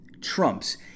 Trump's